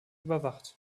überwacht